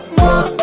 more